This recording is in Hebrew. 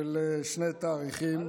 של שני תאריכים: